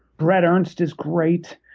bret ernst is great.